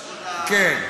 כן.